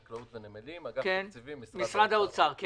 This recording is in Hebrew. חקלאות ונמלים באגף התקציבים במשרד האוצר.